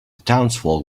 townsfolk